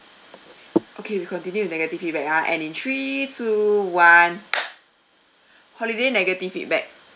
okay we continue with negative feedback ah and in three two one holiday negative feedback